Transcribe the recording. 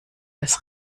das